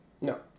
No